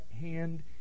hand